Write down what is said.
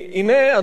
אדוני היושב-ראש,